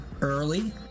early